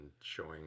showing